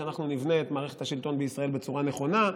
שאנחנו נבנה את מערכת השלטון בישראל בצורה נכונה,